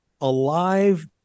alive